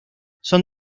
son